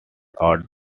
out